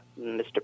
Mr